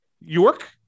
York